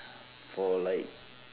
for like